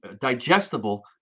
digestible